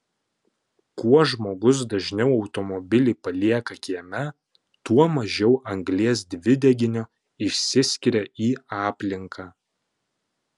kuo žmogus dažniau automobilį palieka kieme tuo mažiau anglies dvideginio išsiskiria į aplinką